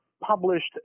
published